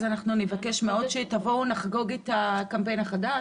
נבקש מאוד שתבואו ונחגוג את הקמפיין החדש,